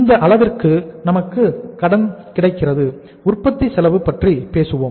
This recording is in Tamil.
இந்த அளவிற்கு நமக்கு கடன் கிடைக்கிறது உற்பத்தி செலவு பற்றி பேசுவோம்